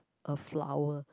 a flower